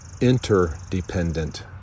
interdependent